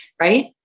right